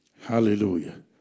Hallelujah